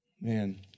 Man